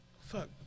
fuck